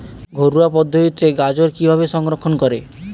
ঘরোয়া পদ্ধতিতে গাজর কিভাবে সংরক্ষণ করা?